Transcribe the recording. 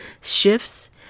shifts